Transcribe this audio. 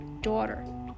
daughter